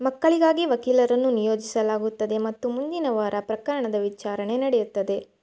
ಮಕ್ಕಳಿಗಾಗಿ ವಕೀಲರನ್ನು ನಿಯೋಜಿಸಲಾಗುತ್ತದೆ ಮತ್ತು ಮುಂದಿನ ವಾರ ಪ್ರಕರಣದ ವಿಚಾರಣೆ ನಡೆಯುತ್ತದೆ